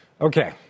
Okay